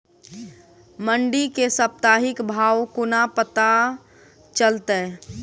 मंडी केँ साप्ताहिक भाव कोना पत्ता चलतै?